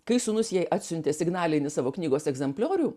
kai sūnus jai atsiuntė signalinį savo knygos egzempliorių